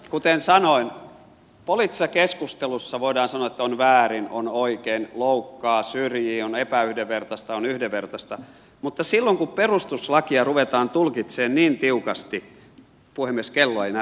kuten sanoin poliittisessa keskustelussa voidaan sanoa että on väärin on oikein loukkaa syrjii on epäyhdenvertaista on yhdenvertaista mutta silloin kun perustuslakia ruvetaan tulkitsemaan niin tiukasti puhemies kello ei näy minulla mitä